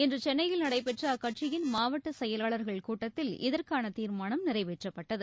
இன்று சென்னையில் நடைபெற்ற அக்கட்சியின் மாவட்ட செயலாளர்கள் கூட்டத்தில் இதற்கான தீர்மானம் நிறைவேற்றப்பட்டது